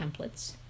templates